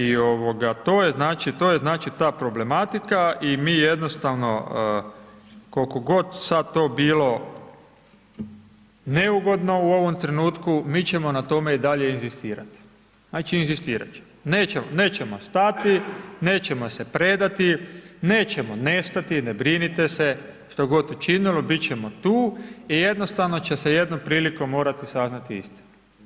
I ovoga to je znači, to je znači ta problematika i mi jednostavno koliko god to sad bilo neugodno u ovom trenutku, mi ćemo na tome i dalje inzistirati, znači, inzistirat ćemo, nećemo stati, nećemo se predati, nećemo nestati, ne brinite se, što god učinilo, bit ćemo tu i jednostavno će se jednom prilikom morati saznati istina.